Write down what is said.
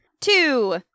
Two